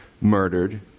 murdered